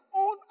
own